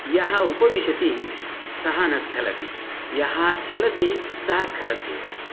यः उपविशति सः न स्खलति यः चलति सः स्खलत्येव